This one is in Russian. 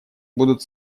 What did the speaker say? будут